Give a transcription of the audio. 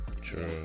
true